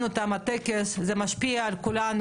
זה משפיע על כולנו,